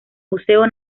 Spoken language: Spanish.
museo